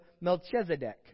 Melchizedek